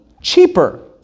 cheaper